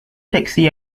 taksi